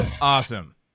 awesome